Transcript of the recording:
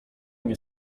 nie